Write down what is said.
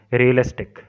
realistic